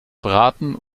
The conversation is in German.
braten